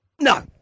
No